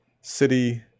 City